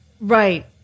Right